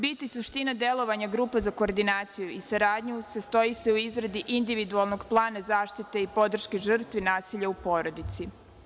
Bit i suština delovanja grupe za koordinaciju i saradnju sastoji se u izradi individualnog plana zaštite i podrški žrtvi nasilja u porodici.